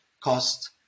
cost